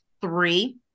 three